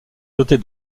dotée